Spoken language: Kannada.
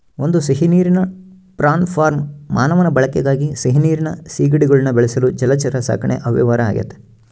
ಒಂದು ಸಿಹಿನೀರಿನ ಪ್ರಾನ್ ಫಾರ್ಮ್ ಮಾನವನ ಬಳಕೆಗಾಗಿ ಸಿಹಿನೀರಿನ ಸೀಗಡಿಗುಳ್ನ ಬೆಳೆಸಲು ಜಲಚರ ಸಾಕಣೆ ವ್ಯವಹಾರ ಆಗೆತೆ